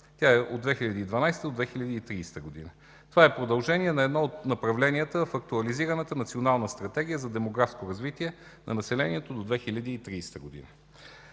тя е от 2012-а до 2030 г. Това е продължение на едно от направленията в актуализираната Национална стратегия за демографско развитие на населението до 2030 г.